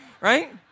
Right